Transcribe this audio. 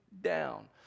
down